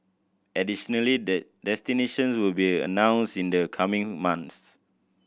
additionally the destinations will be announced in the coming months